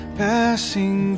passing